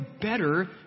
better